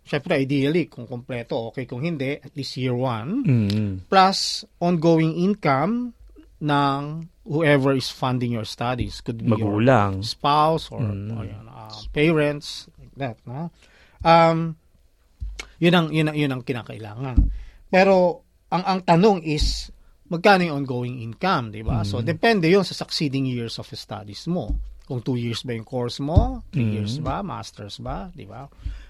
Syempre, ideally, kung kompleto, okay. Kung hindi, at least year one. Mm. Plus, ongoing income ng whoever is funding your studies. Could be Magulang. your spouse or, Mm. uh, parents, like that, no? Um, yun ang- yun ang- yun ang kinakailangan. Pero ang- ang tanong is, magkano yung ongoing income, di ba? Mm. So, depende yun sa succeeding years of studies mo. Kung two years ba yung course mo, three Mm. years ba, masters ba, di ba?